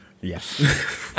yes